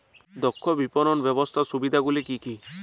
দক্ষ বিপণন ব্যবস্থার সুবিধাগুলি কি কি?